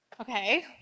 Okay